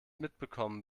mitbekommen